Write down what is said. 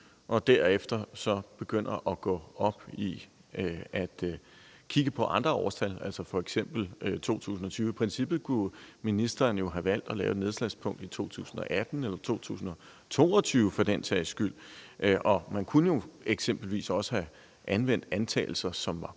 og derefter begynder at gå op i at kigge på andre årstal, altså f.eks. 2020. I princippet kunne ministeren jo have valgt at lave et nedslagspunkt i 2018 eller 2022 for den sags skyld, og man kunne eksempelvis også have anvendt antagelser, som var